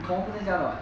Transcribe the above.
confirm 不在家的 [what]